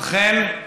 אכן,